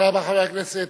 תודה רבה, חבר הכנסת